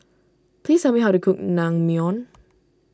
please tell me how to cook Naengmyeon